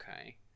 Okay